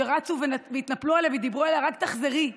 שרצו והתנפלו עליה ודיברו אליה: רק תחזרי.